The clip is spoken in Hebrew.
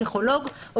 פסיכולוג חינוכי,